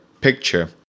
picture